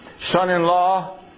Son-in-law